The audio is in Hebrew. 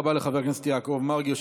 תודה רבה לחבר הכנסת יעקב מרגי,